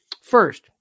First